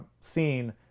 seen